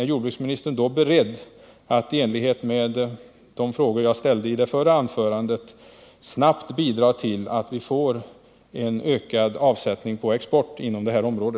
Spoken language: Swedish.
Är jordbruksministern då också beredd att i linje med de synpunkter jag framförde i mitt förra anförande snabbt bidra till att vi får en ökad avsättning på export inom detta område?